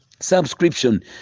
subscription